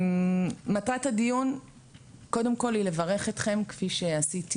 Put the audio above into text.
מטרת הדיון קודם כל היא לברך אתכם כפי שעשיתי